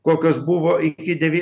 kokios buvo iki devy